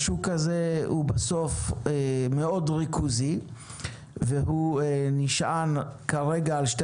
השוק הזה הוא בסוף מאוד ריכוזי והוא נשען כרגע על שתי